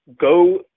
go